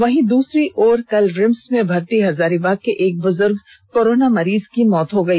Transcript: वहीं द्रसरी ओर कल रिम्स में भर्ती हजारीबाग के एक बजुर्ग कोरोना मरीज की मौत हो गई